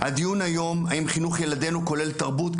הדיון היום הוא על אם חינוך ילדנו כולל תרבות.